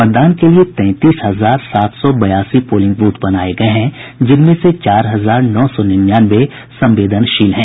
मतदान के लिये तैंतीस हजार सात सौ बयासी पोलिंग बूथ बनाये गये हैं जिनमें से चार हजार नौ सौ निन्यानवे संवेदनशील हैं